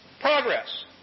progress